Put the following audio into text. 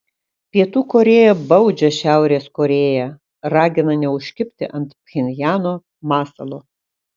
pietų korėja baudžia šiaurės korėją ragina neužkibti ant pchenjano masalo